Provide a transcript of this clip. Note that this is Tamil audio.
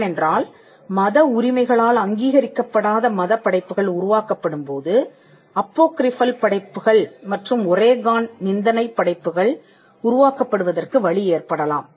ஏனென்றால் மத உரிமைகளால் அங்கீகரிக்கப்படாத மத படைப்புகள் உருவாக்கப்படும்போது அப்போகிரிஃபல் படைப்புகள் மற்றும் ஒரேகான் நிந்தனை படைப்புகள் உருவாக்கப்படுவதற்கு வழி ஏற்படலாம்